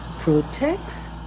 protects